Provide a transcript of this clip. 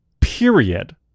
period